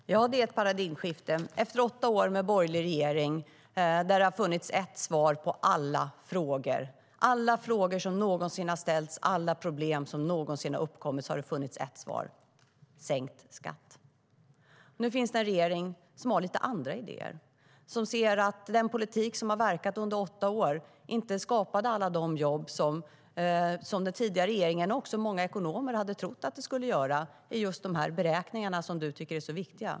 Herr talman! Ja, det är ett paradigmskifte efter åtta år med borgerlig regering, där det har funnits ett svar: sänkt skatt. Nu finns det en regering som har lite andra idéer, som ser att den politik som har verkat under åtta år inte skapade alla de jobb som den tidigare regeringen och även många ekonomer hade trott att den skulle göra i just de beräkningar som Elisabeth Svantesson tycker är så viktiga.